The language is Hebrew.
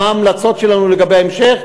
מה ההמלצות שלנו לגבי ההמשך.